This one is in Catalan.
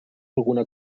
alguna